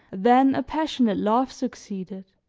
then a passionate love succeeded